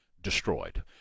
destroyed